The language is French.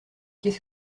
qu’est